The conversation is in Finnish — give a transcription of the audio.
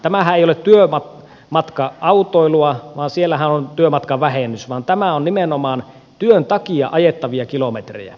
tämähän ei ole työmatka autoilua siellähän on työmatkavähennys vaan tämä on nimenomaan työn takia ajettavia kilometrejä